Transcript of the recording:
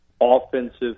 offensive